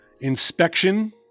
inspection